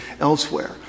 elsewhere